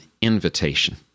invitation